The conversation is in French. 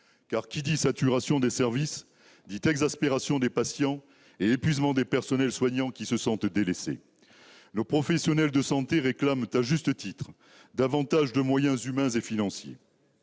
Car qui dit saturation des services, dit exaspération des patients et épuisement des personnels soignants, qui se sentent délaissés. Nos professionnels de santé réclament à juste titre davantage de moyens humains et financiers.